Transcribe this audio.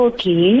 Okay